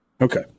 Okay